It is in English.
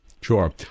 Sure